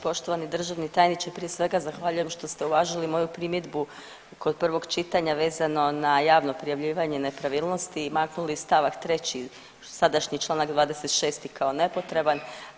Poštovani državni tajniče, prije svega zahvaljujem što ste uvažili moju primjedbu kod prvog čitanja vezano na javno prijavljivanje nepravilnosti i maknuli stavak 3. sadašnji Članak 26. kao nepotreban.